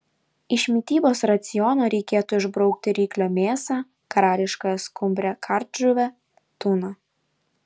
iš mitybos raciono reikėtų išbraukti ryklio mėsą karališkąją skumbrę kardžuvę tuną